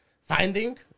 finding